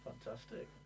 fantastic